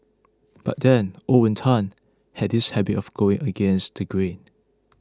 but then Owen Tan has this habit of going against the grain